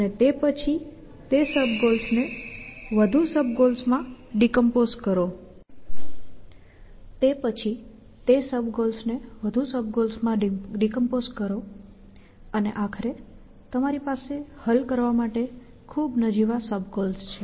અને તે પછી તે સબ ગોલ્સ ને વધુ સબ ગોલ્સ માં ડિકોમ્પોઝ કરો અને આખરે તમારી પાસે હલ કરવા માટે ખુબ નજીવા સબ ગોલ્સ છે